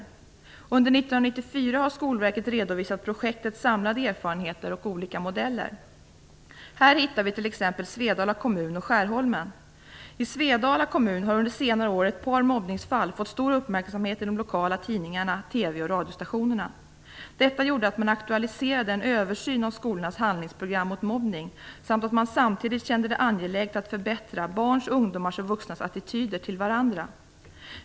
Under 1994 har Skolverket redovisat projektets samlade erfarenheter och olika modeller. Här hittar vi t.ex. Svedala kommun och Skärholmen. I Svedala kommun har under senare år ett par mobbningsfall fått stor uppmärksamhet i de lokala tidningarna, TV och radiostationerna. Detta gjorde att man aktualiserade en översyn av skolornas handlingsprogram mot mobbning samt att man samtidigt kände det angeläget att förbättra barns, ungdomars och vuxnas attityder till varandra.